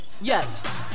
Yes